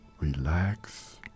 relax